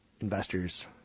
investors